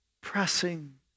pressing